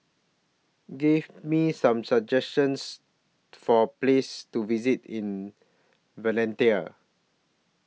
Give Me Some suggestions For Places to visit in Valletta